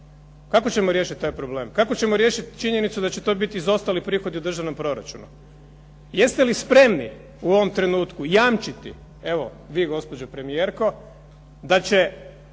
kako ćemo riješiti taj problem, kako ćemo riješiti činjenicu da će to biti zaostali prihodi u državnom proračunu. Jeste li spremni u ovome trenutku jamčiti, evo vi gospođo premijerko, da će